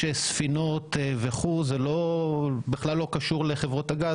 ספינות וכו' זה בכלל לא קשור לחברות הגז,